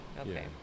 Okay